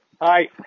Hi